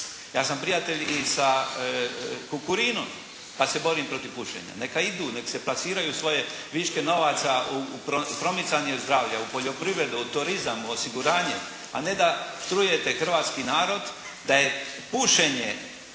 Ja sam prijatelj i sa Kokurinom, pa se borim protiv pušenja. Neka idu, nek se plasiraju svoje viške novaca u promicanju zdravlja, u poljoprivredu, u turizam, osiguranje. A ne da trujete hrvatski narod, da je pušenje,